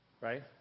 Right